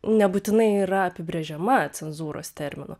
nebūtinai yra apibrėžiama cenzūros terminu